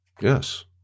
Yes